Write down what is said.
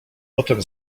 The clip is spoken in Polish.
potem